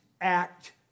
act